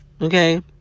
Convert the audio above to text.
Okay